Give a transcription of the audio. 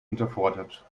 unterfordert